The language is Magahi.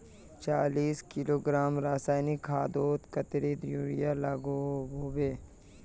चालीस किलोग्राम रासायनिक खादोत कतेरी यूरिया लागोहो होबे?